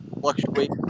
fluctuate